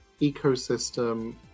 ecosystem